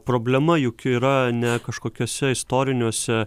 problema juk yra ne kažkokiuose istoriniuose